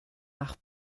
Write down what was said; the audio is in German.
nach